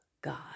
God